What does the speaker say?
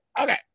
Okay